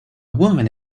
woman